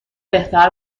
بهتر